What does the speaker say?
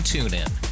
TuneIn